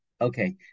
Okay